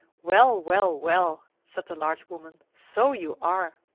well, well, well! said the large woman. so you are!